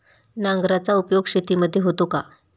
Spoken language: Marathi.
नांगराचा उपयोग शेतीमध्ये होतो का?